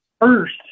first